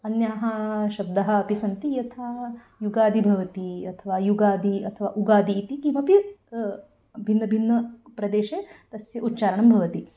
अन्याः शब्दः अपि सन्ति यथा युगादि भवति अथवा युगादि अथवा उगादि इति किमपि भिन्नभिन्नप्रदेशे तस्य उच्चारणं भवति